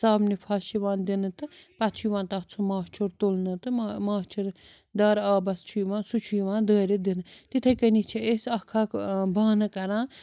صابنہِ پھَش یِوان دِنہٕ تہٕ پتہٕ چھُ یِوان تَتھ سُہ ماچھُر تُلنہٕ تہٕ ما ماچھِر دار آبس چھُ یِوان سُہ چھُ یِوان دٲرِتھ دِنہٕ تِتھَے کٔنی چھِ أسۍ اَکھ اَکھ بانہٕ کَران